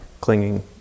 clinging